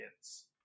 kids